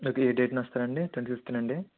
okay ఏ డేట్న వస్తారండి ట్వంటీ ఫిఫ్త్న అండి